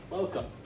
Welcome